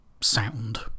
sound